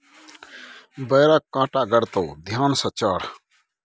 बेरक कांटा गड़तो ध्यान सँ चढ़